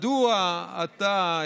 מדוע אתה,